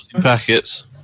packets